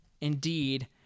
indeed